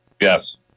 Yes